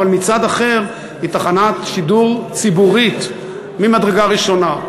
אבל מצד אחר היא תחנת שידור ציבורית ממדרגה ראשונה.